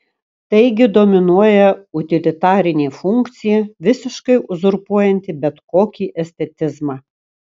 taigi dominuoja utilitarinė funkcija visiškai uzurpuojanti bet kokį estetizmą